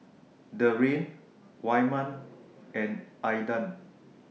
Darrian Wyman and Aydan